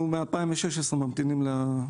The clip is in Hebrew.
אנחנו ממתינים מ-2016.